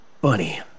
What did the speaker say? bunny